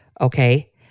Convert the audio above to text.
okay